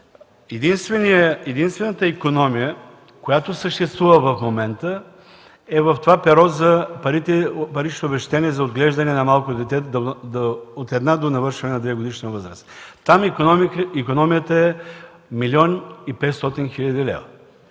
единствената икономия, която съществува в момента, е в перото за парични обезщетения за отглеждане на малко дете от една- до навършване на двегодишна възраст. Там икономията е 1 млн. 500 хил.